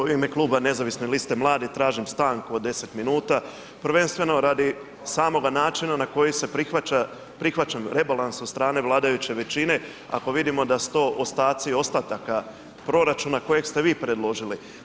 U ime Kluba Nezavisne liste mladih tražim stanku od 10 minuta prvenstveno radi samoga načina na koji se prihvaća rebalans sa strane vladajuće većine, ako vidimo da su to ostaci ostataka proračuna koji ste vi predložili.